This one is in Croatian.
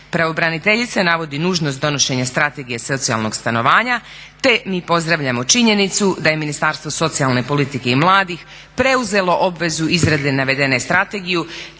Pravobraniteljica navodi nužnost donošenja Strategije socijalnog stanovanja, te mi pozdravljamo činjenicu da je Ministarstvo socijalne politike i mladih preuzelo obvezu izrade navedene strategije,